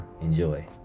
Enjoy